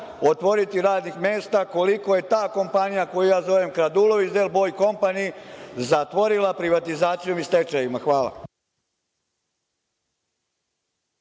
otvoriti radnih mesta koliko je ta kompanija, koju ja zovem „kradulović Del Boj kompani“, zatvorila privatizacijom i stečajevima. Hvala.